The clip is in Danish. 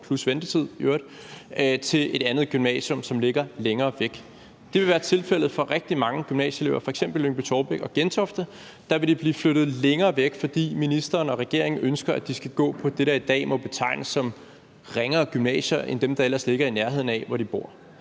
plus ventetid i øvrigt, til et andet gymnasium, som ligger længere væk. Det vil være tilfældet for rigtig mange gymnasieelever, f.eks. i Lyngby-Taarbæk og Gentofte. Der vil det blive flyttet længere væk, fordi ministeren og regeringen ønsker, at de skal gå på det, der i dag må betegnes som ringere gymnasier end dem, der ellers ligger i nærheden af der, hvor de bor.